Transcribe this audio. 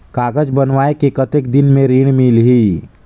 कागज बनवाय के कतेक दिन मे ऋण मिलही?